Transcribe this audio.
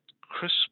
crisp